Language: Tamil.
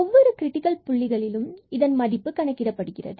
ஒவ்வொரு கிரிட்டிக்கல் புள்ளிகளிலும் இதன் மதிப்பு கணக்கிடப்படுகிறது